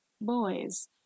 boys